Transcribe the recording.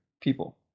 people